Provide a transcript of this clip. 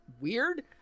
weird